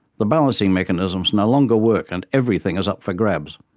the balancing mechanisms no longer work and everything is up for grabs.